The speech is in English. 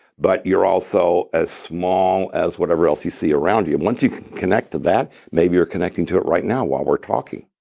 but you're also as small as whatever else you see around you. once you can connect to that, maybe you're connecting to it right now while we're talking.